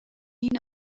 این